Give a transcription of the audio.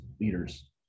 leaders